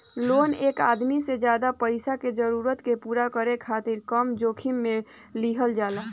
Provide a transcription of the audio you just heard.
loan एक आदमी के ज्यादा पईसा के जरूरत के पूरा करे खातिर कम जोखिम में लिहल जाला